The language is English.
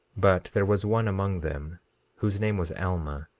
but there was one among them whose name was alma,